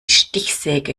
stichsäge